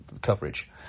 coverage